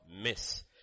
miss